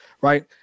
right